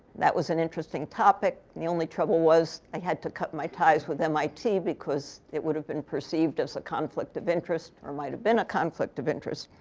that was an interesting topic. the only trouble was i had to cut my ties with mit. because it would have been perceived as a conflict of interest or might have been a conflict of interest.